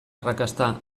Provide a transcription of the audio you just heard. arrakasta